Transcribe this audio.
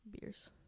Beers